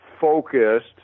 focused